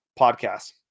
podcast